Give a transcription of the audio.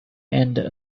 end